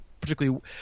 particularly